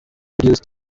reduced